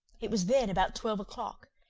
it was then about twelve o'clock,